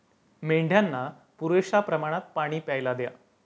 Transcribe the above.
मेंढ्यांना पुरेशा प्रमाणात पाणी प्यायला द्या